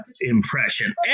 impression